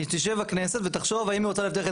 היא תשב הכנסת ותחשוב האם היא רוצה להבטיח את